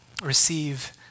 Receive